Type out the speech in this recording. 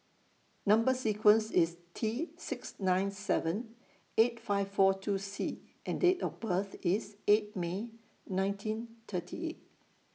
Number sequence IS T six nine seven eight five four two C and Date of birth IS eight May nineteen thirty eight